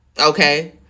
Okay